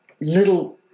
little